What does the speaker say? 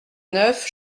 neuf